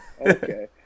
Okay